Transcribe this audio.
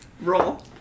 Roll